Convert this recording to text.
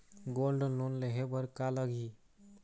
Gold loan लेहे बर का लगही?